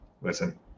Listen